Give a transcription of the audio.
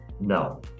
No